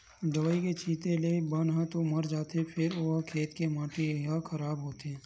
दवई के छिते ले बन ह तो मर जाथे फेर ओ खेत के माटी ह खराब होथे